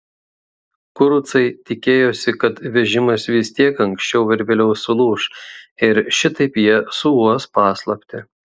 kurucai tikėjosi kad vežimas vis tiek anksčiau ar vėliau sulūš ir šitaip jie suuos paslaptį